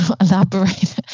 elaborate